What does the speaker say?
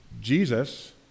Jesus